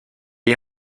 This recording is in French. est